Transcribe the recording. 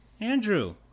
Andrew